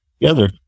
together